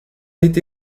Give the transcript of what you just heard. été